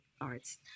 Arts